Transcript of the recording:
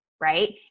right